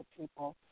people